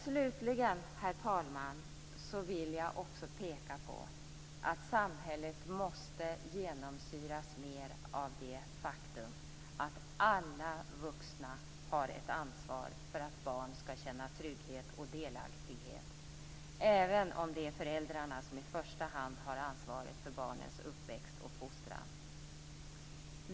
Slutligen, herr talman, vill jag också peka på att samhället i högre grad måste genomsyras av det faktum att alla vuxna har ett ansvar för att barn skall känna trygghet och delaktighet, även om det är föräldrarna som i första hand har ansvaret för barnens uppväxt och fostran.